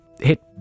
hit